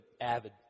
avid